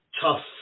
tough